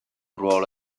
ruolo